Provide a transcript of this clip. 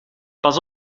pas